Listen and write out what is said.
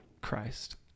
Christ